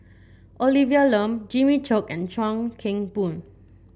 Olivia Lum Jimmy Chok and Chuan Keng Boon